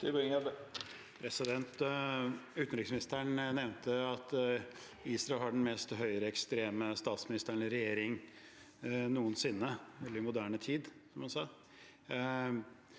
Uten- riksministeren nevnte at Israel har den mest høyreekstreme statsministeren i regjering noensinne – eller i moderne tid,